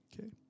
Okay